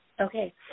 Okay